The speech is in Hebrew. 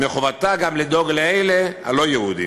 מחובתה גם לדאוג לאלה הלא-יהודים.